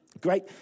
Great